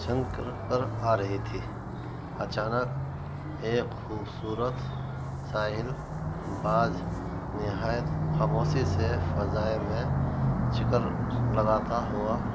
چھن کر کر آ رہی تھی اچانک ایک خوبصورت ساحل باز نہایت خموشی سے فضائے میں چکر لگاتا ہوا